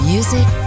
Music